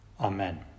Amen